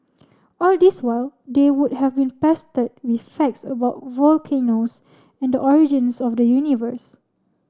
all this while they would have be pestered with facts about volcanoes and the origins of the universe